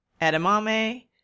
Edamame